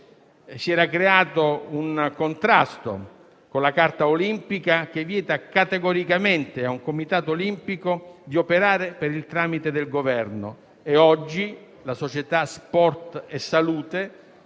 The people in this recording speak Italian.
si era creato un contrasto con la Carta olimpica, che vieta categoricamente a un comitato olimpico di operare per il tramite del Governo e oggi la società Sport e salute